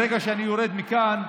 ברגע שאני יורד מכאן,